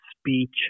speech